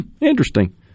Interesting